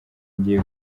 ngiye